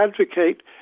advocate